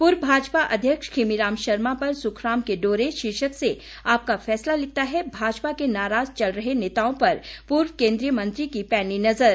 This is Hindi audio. पूर्व भाजपा अध्यक्ष खीमी राम शर्मा पर सुखराम के डोरे शीर्षक से आपका फैसला लिखता है भाजपा के नाराज चल रहे नेताओं पर पूर्व केंद्रीय मंत्री की पैनी नजर